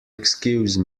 excuse